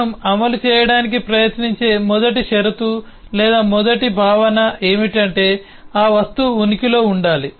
మనము అమలు చేయడానికి ప్రయత్నించే మొదటి షరతు లేదా మొదటి భావన ఏమిటంటే ఆ వస్తువు ఉనికిలో ఉండాలి